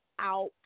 out